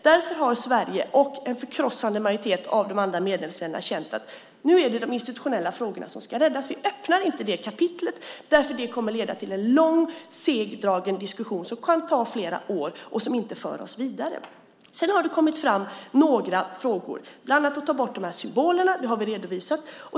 Därför har Sverige och en förkrossande majoritet av de andra medlemsländerna känt att det nu är de institutionella frågorna som ska räddas. Vi öppnar inte det kapitlet eftersom det kommer att leda till en lång och segdragen diskussion som kan ta flera år och som inte för oss vidare. Sedan har det kommit fram några frågor. De handlar bland annat om att ta bort dessa symboler, vilket vi har redovisat.